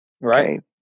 right